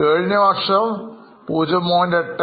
കഴിഞ്ഞവർഷം 0